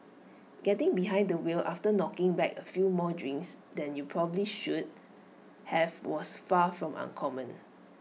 getting behind the wheel after knocking back A few more drinks than you probably should have was far from uncommon